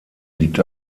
liegt